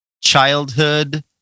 childhood